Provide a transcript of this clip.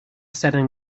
setting